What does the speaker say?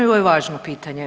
Ovo je važno pitanje.